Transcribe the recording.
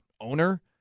owner